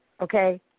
okay